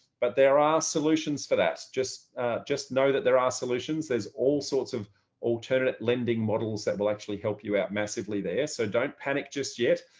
but there are solutions for that. just just know that there are solutions. there's all sorts of alternative lending models that will actually help you out massively there. so don't panic just yet,